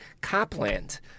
Copland